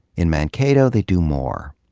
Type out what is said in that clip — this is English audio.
in mankato, they do more.